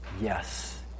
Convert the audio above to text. Yes